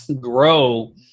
grow